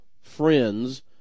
friends